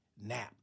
nap